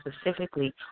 specifically